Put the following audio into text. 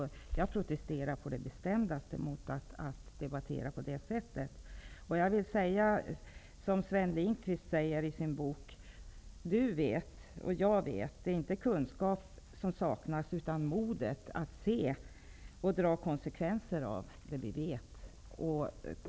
Jag protesterar på det bestämdaste mot att debattera på det sättet. Jag vill säga som Sven Lindkvist säger i sin bok: Du vet, och jag vet. Det är inte kunskap som saknas, utan modet att se och dra konsekvenser av det vi vet.